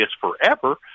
forever